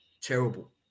terrible